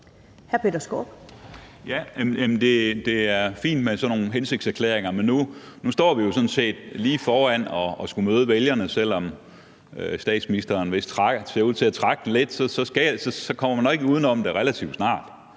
Det er fint med sådan nogle hensigtserklæringer, men nu står vi jo sådan set lige foran at skulle møde vælgerne. Selv om statsministeren vist ser ud til at trække den lidt, kommer man nok ikke uden om, at det er relativt snart,